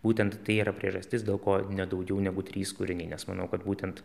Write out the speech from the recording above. būtent tai yra priežastis dėl ko ne daugiau negu trys kūriniai nes manau kad būtent